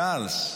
צ'ארלס.